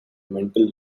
mental